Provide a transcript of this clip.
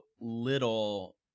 little